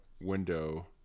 window